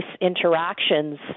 interactions